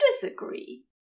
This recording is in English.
disagree